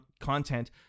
content